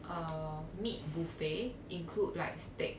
uh meat buffet include like steak